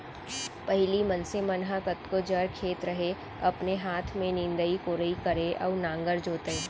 पहिली मनसे मन ह कतको जड़ खेत रहय अपने हाथ में निंदई कोड़ई करय अउ नांगर जोतय